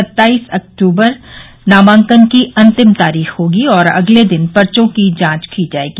सत्ताईस अक्टूबर नामांकन की अंतिम तारीख होगी और अगले दिन पर्चो की जांच की जायेगी